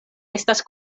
estas